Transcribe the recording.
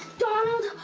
donald!